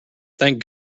thank